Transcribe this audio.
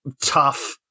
tough